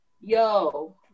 yo